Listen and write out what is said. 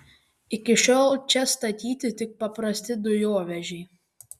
iki šiol čia statyti tik paprasti dujovežiai